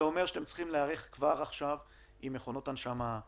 זה אומר שאתם צריכים להיערך כבר עכשיו עם מכונות הנשמה,